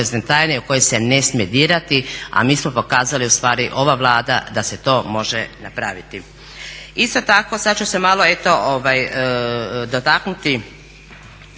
porezne tajne u koji se ne smije dirati a mi smo pokazali ustvari, ova Vlada da se to može napraviti. Isto tako sad ću se malo eto dotaknuti